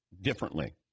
differently